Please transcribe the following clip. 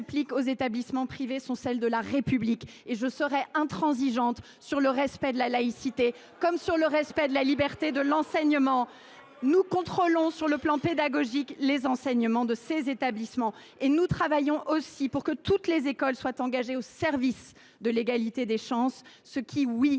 aux établissements privés sont celles de la République, et je serai intransigeante sur le respect de la laïcité comme sur celui de la liberté de l’enseignement. Nous contrôlons sur le plan pédagogique les enseignements de ces établissements et nous travaillons aussi pour que toutes les écoles soient engagées au service de l’égalité des chances, ce qui, oui,